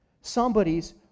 somebody's